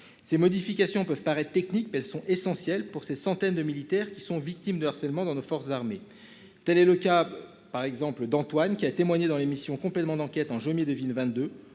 Ces modifications peuvent paraître technique mais elles sont essentielles pour ces centaines de militaires qui sont victimes de harcèlement dans nos forces armées, tel est le cas par exemple d'Antoine, qui a témoigné dans l'émission complément d'enquête en juillet 2 villes, 22